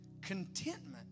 contentment